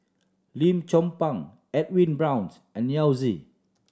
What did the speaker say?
Lim Chong Pang Edwin Browns and Yao Zi